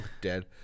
dead